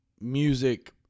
music